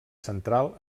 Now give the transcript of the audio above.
central